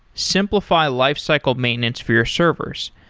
simplify lifecycle maintenance for your servers.